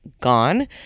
gone